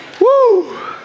Woo